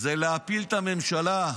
זה להפיל את הממשלה.